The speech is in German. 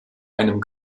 einem